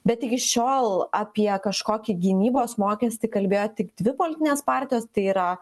bet iki šiol apie kažkokį gynybos mokestį kalbėjo tik dvi politinės partijos tai yra